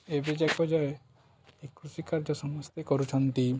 ଏବେ ଯାଏ ଏ କୃଷି କାର୍ଯ୍ୟ ସମସ୍ତେ କରୁଛନ୍ତି